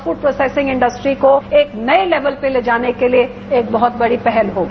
food processing industry को एक नये लेवल पे ले जाने के एक बहुत बडी पहल होगी